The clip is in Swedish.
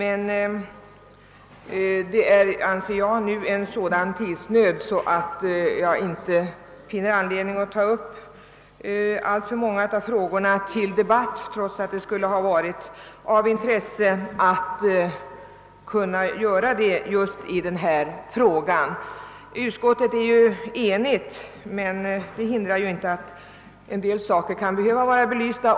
Vi är nu i en sådan tidsnöd att jag inte kan ta upp många av frågorna till debatt, trots att det skulle ha varit av intresse att kunna göra det. Utskottet har visserligen i stort varit enigt i denna fråga, men det hindrar inte att en del saker kunde behöva belysas.